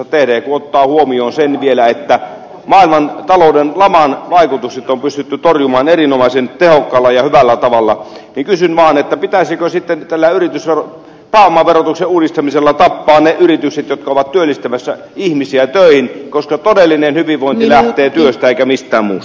ja kun ottaa huomioon sen vielä että maailmantalouden laman vaikutukset on pystytty torjumaan erinomaisen tehokkaalla ja hyvällä tavalla niin kysyn vaan pitäisikö sitten tällä pääomaverotuksen uudistamisella tappaa ne yritykset jotka ovat työllistämässä ihmisiä töihin koska todellinen hyvinvointi lähtee työstä eikä mistään muusta